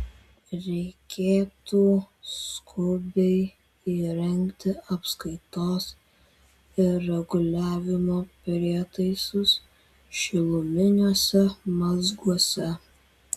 reikėtų skubiai įrengti apskaitos ir reguliavimo prietaisus šiluminiuose mazguose